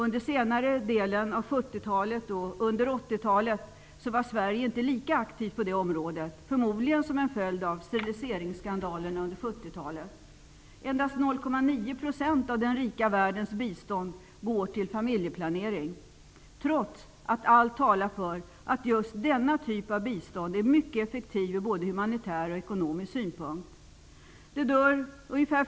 Under senare delen av 70-talet och under 80-talet var Sverige inte lika aktivt på det området, förmodligen som en följd av steriliseringsskandalerna på 70 Endast 0,9 % av den rika världens bistånd går till familjeplanering, trots att allt talar för att just denna typ av bistånd är mycket effektiv från både humanitär och ekonomisk synpunkt.